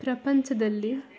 ಪ್ರಪಂಚದಲ್ಲಿ